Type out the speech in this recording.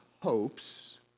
hopes